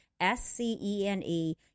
S-C-E-N-E